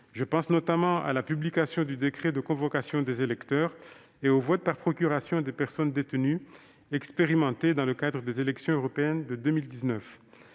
Je pense notamment à la publication du décret de convocation des électeurs et au vote par procuration des personnes détenues, qui a été expérimenté dans le cadre des élections européennes de 2019.